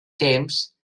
temps